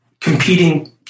competing